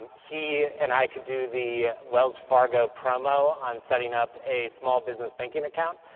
he and i do the wells fargo promo on setting up a small business banking account.